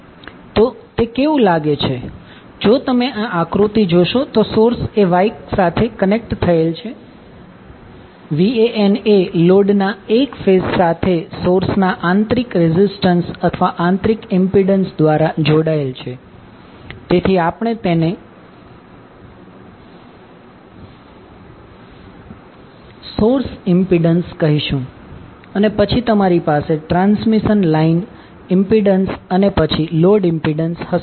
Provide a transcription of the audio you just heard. તો તે કેવું લાગે છે જો તમે આ આકૃતિ જોશો તો સોર્સ એ Y સાથે કનેક્ટ થયેલ છે Van એ લોડના એક ફેઝ સાથે સોર્સના આંતરિક રેઝિસ્ટન્સ અથવા આંતરિક ઇમ્પિડન્સ દ્વારા જોડાયેલ છે તેથી આપણે તેને સોર્સ ઇમ્પિડન્સ કહીશું અને પછી તમારી પાસે ટ્રાન્સમિશન લાઇન ઇમ્પિડન્સ અને પછી લોડ ઇમ્પિડન્સ હશે